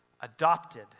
adopted